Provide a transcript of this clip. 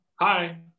Hi